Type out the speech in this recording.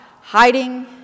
hiding